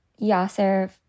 Yasser